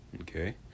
Okay